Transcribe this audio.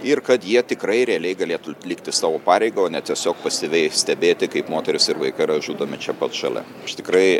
ir kad jie tikrai realiai galėtų atlikti savo pareigą o ne tiesiog pasyviai stebėti kaip moterys ir vaikai yra žudomi čia pat šalia aš tikrai